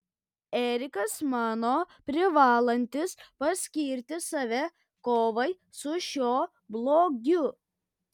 erikas mano privalantis paskirti save kovai su šiuo blogiu